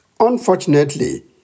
Unfortunately